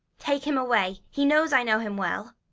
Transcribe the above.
take him away he knows i know him well.